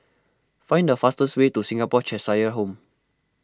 find the fastest way to Singapore Cheshire Home